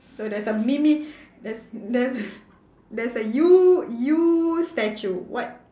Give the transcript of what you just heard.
so there's a mini there's there's there's a you you statue what